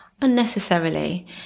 unnecessarily